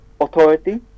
authority